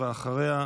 ואחריה,